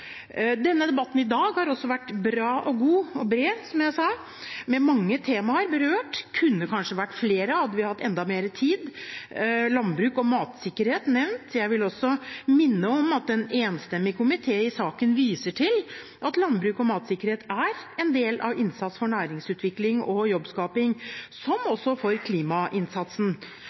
denne stortingsperioden har hatt en meget aktiv og bred debatt på utviklingsområdet. Det er jeg glad for. Debatten i dag har også vært bra, god – og bred, som jeg sa – med mange temaer berørt. Det kunne kanskje vært flere, hadde vi hatt enda mer tid. Landbruk og matsikkerhet er nevnt, jeg vil også minne om at en enstemmig komité i saken viser til at landbruk og matsikkerhet er en del av